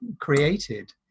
created